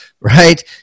right